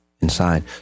inside